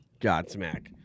Godsmack